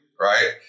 Right